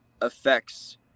affects